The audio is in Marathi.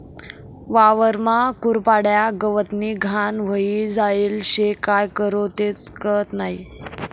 वावरमा कुरपाड्या, गवतनी घाण व्हयी जायेल शे, काय करवो तेच कयत नही?